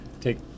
take